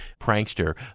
Prankster